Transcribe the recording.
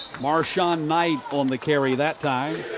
marson-knight on the carry that time